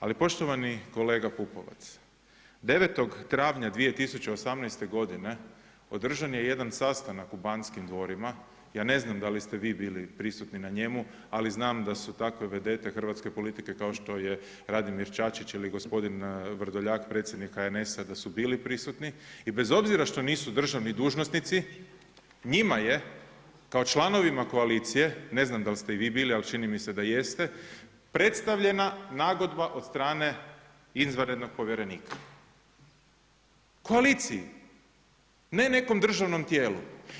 Ali poštovani kolega Pupovac, 9. travnja 2018. godine održan je jedan sastanak u Banskim dvorima, ja ne znam da li ste vi bili prisutni na njemu ali znam da su takve vedete hrvatske politike kao što je Radimir Čačić ili gospodin Vrdoljak, predsjednik HNS-a da su bili prisutni i bez obzira što nisu državni dužnosnici, njima je kao članovima koalicije, ne znam dal' ste i vi bili, ali čini mi se da jeste, predstavljena nagodba od strane izvanrednog povjerenika koaliciji, ne nekom državnom tijelu.